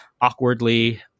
awkwardly